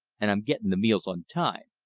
and i'm getting the meals on time.